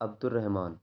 عبد الرحمٰن